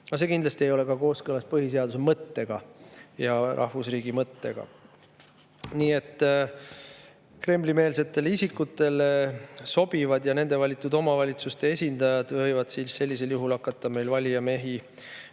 See kindlasti ei ole kooskõlas põhiseaduse mõttega ja rahvusriigi mõttega. Nii et Kremli-meelsetele isikutele sobivad ja nende valitud omavalitsuste esindajad võivad sellisel juhul hakata valijamehi